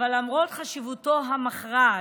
אבל למרות חשיבותו המכרעת,